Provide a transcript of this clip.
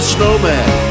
snowman